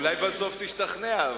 אבל אולי בסוף תשתכנע.